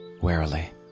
warily